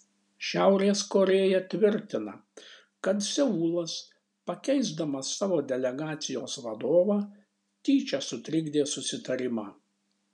šiaurės korėja tvirtina kad seulas pakeisdamas savo delegacijos vadovą tyčia sutrikdė susitarimą